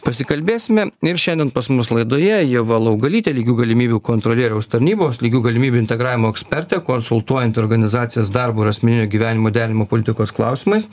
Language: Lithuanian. pasikalbėsime ir šiandien pas mus laidoje ieva laugalytė lygių galimybių kontrolieriaus tarnybos lygių galimybių integravimo ekspertė konsultuojanti organizacijas darbo ir asmeninio gyvenimo derinimo politikos klausimais